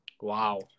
Wow